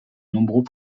nombreux